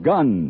Gun